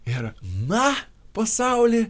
ir na pasauli